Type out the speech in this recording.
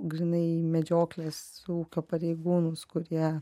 grynai medžioklės ūkio pareigūnus kurie